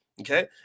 Okay